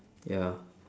ya